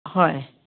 হয়